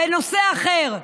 ואל נושא אחר.